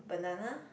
banana